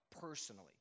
personally